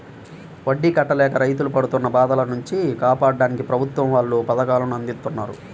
వడ్డీ కట్టలేక రైతులు పడుతున్న బాధల నుంచి కాపాడ్డానికి ప్రభుత్వం వాళ్ళు పథకాలను అందిత్తన్నారు